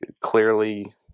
clearly